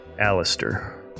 Alistair